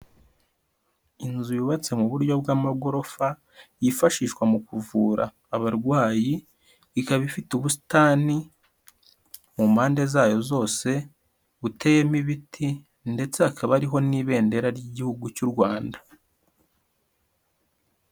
Inzu yubatse mu buryo bw'amagorofa yifashishwa mu kuvura abarwayi ikaba ifite ubusitani mu mpande zayo zose buteyemo ibiti ndetse hakaba ariho n'ibendera ry'igihugu cy'u Rwanda.